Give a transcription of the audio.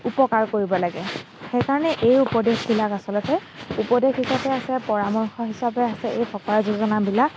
উপকাৰ কৰিব লাগে সেই কাৰণে এই উপদেশবিলাক আচলতে উপদেশ হিচাপে আছে পৰামৰ্শ হিচাপে আছে এই ফকৰা যোজনাবিলাক